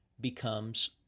becomes